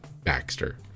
Baxter